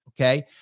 okay